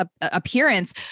appearance